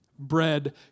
Bread